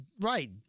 Right